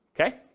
Okay